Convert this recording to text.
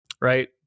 right